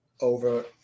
over